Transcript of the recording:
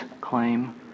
claim